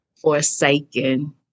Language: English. forsaken